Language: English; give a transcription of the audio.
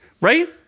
Right